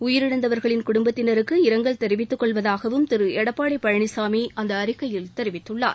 உயிரிழந்தவர்களின் குடும்பத்தினருக்கு இரங்கல் தெரிவித்துக் கொள்வதாகவும் திரு எடப்பாடி பழனிசாமி அந்த அறிக்கையில் தெரிவித்துள்ளார்